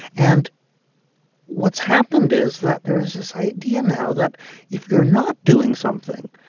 and what's happened is that there's this idea now that if you're not doing something,